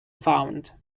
found